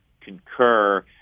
concur